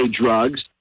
drugs